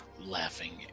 laughing